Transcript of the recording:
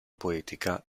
poetica